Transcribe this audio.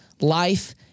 life